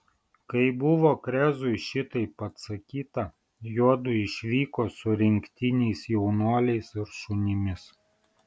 kai buvo krezui šitaip atsakyta juodu išvyko su rinktiniais jaunuoliais ir šunimis